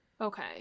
Okay